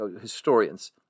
historians